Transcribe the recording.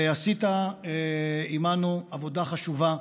ועשית עימנו עבודה חשובה.